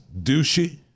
douchey